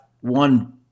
one